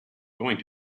going